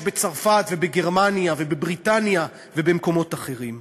בצרפת ובגרמניה ובבריטניה ובמקומות אחרים.